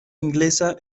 inglesa